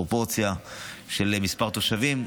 פרופורציה של מספר תושבים.